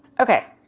okay.